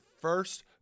first